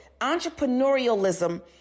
Entrepreneurialism